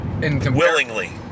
willingly